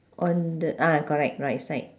on the ah correct right side